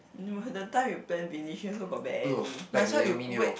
no the time you plan finish she also got belly might as well you wait